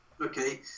Okay